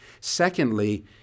Secondly